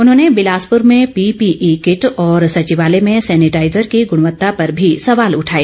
उन्होंने बिलासप्र में PPE kit और सचिवालय में सैनिटाइजर की गुणवत्ता पर भी सवाल उठाए